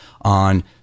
on